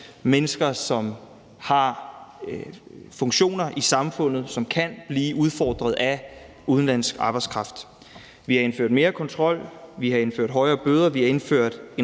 mennesker, som har funktioner i samfundet, som kan blive udfordret af udenlandsk arbejdskraft. Vi har indført mere kontrol, vi har indført højere bøder, og vi har indført